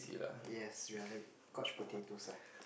yes we are like coach potatoes lah